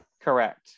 Correct